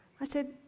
i said,